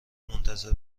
منتظر